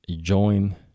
join